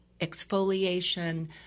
exfoliation